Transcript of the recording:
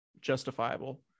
justifiable